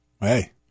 hey